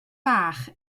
fach